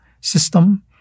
system